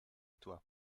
toi